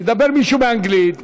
ידבר מישהו באנגלית,